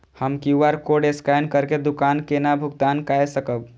हम QR code scan करके दुकान केना भुगतान काय सकब?